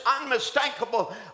unmistakable